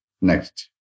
Next